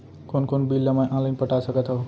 कोन कोन बिल ला मैं ऑनलाइन पटा सकत हव?